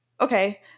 okay